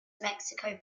mexico